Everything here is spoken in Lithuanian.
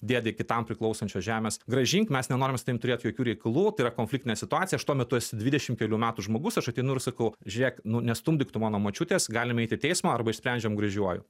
dėdė kitam priklausančios žemės grąžink mes nenorim su tavim turėt jokių reikalų tai yra konfliktinė situacija aš tuo metu esu dvidešimt kelių metų žmogus aš ateinu ir sakau žiūrėk nu nestumdyk tu mano močiutės galim eiti į teismą arba išsprendžiam gražiuoju